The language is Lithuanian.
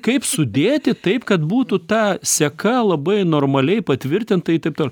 kaip sudėti taip kad būtų ta seka labai normaliai patvirtintai taip toliau